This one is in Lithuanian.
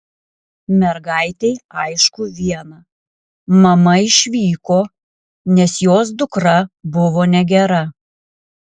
mergaitei aišku viena mama išvyko nes jos dukra buvo negera